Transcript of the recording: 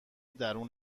درون